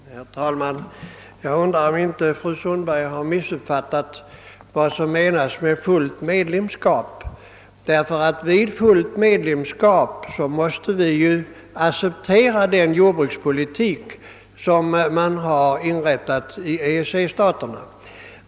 Herr talman! Jag undrar om inte fru Sundberg har missuppfattat vad som menas med fullt medlemskap. Vid fullt medlemskap måste vi nämligen acceptera den jordbrukspolitik som bestäms av EEC-staterna.